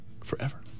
forever